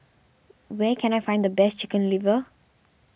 where can I find the best Chicken Liver